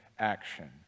Action